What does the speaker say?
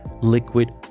liquid